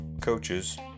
coaches